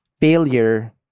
failure